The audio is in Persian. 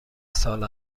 سال